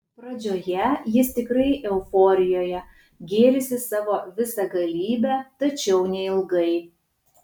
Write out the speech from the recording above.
pradžioje jis tikrai euforijoje gėrisi savo visagalybe tačiau neilgai